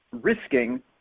risking